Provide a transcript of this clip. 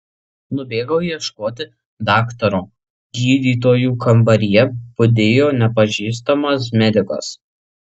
nubėgau ieškoti daktaro gydytojų kambaryje budėjo nepažįstamas medikas